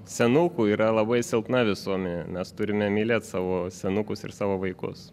senukų yra labai silpna visuomenė mes turime mylėt savo senukus ir savo vaikus